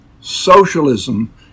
socialism